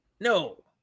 No